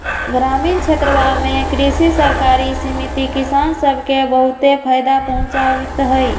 ग्रामीण क्षेत्रवा में कृषि सरकारी समिति किसान सब के बहुत फायदा पहुंचावीत हई